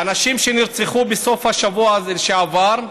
האנשים שנרצחו בסוף השבוע שעבר,